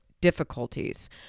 difficulties